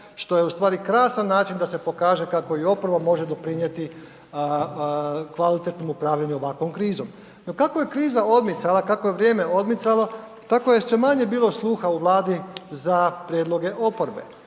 što je u stvari krasan način da se pokaže kako i oporba može doprinjeti kvalitetnom upravljanju ovakvom krizom. No kako je kriza odmicala, kako je vrijeme odmicalo tako je sve manje bilo sluha u Vladi za prijedloge oporbe.